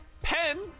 Pen